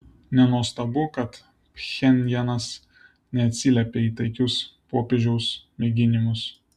nenuostabu kad pchenjanas neatsiliepė į taikius popiežiaus mėginimus